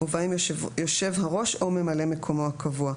ובהם יושב-הראש או ממלא מקומו הקבוע.